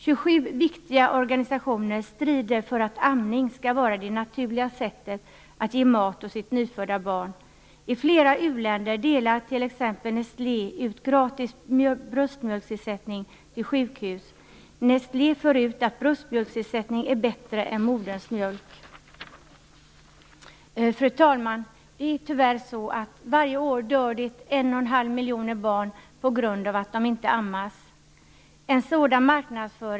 27 viktiga organisationer strider för amning som det naturliga sättet att ge mat åt nyfödda barn. Nestlé delar t.ex. i flera u-länder ut gratis bröstmjölksersättning till sjukhus. Nestlé för ut att bröstmjölksersättning är bättre än modersmjölk. Fru talman! Tyvärr dör varje 1 1⁄2 miljon barn på grund av att de inte ammas.